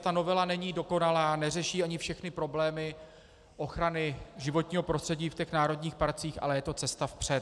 Ta novela není dokonalá, neřeší ani všechny problémy ochrany životního prostředí v národních parcích, ale je to cesta vpřed.